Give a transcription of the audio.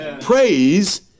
Praise